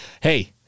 hey